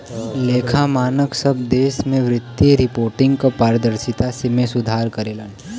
लेखा मानक सब देश में वित्तीय रिपोर्टिंग क पारदर्शिता में सुधार करलन